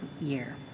year